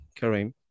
kareem